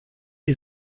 les